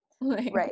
Right